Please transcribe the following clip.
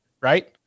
right